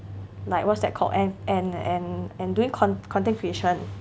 like what's that called and and and and doing con~ content creation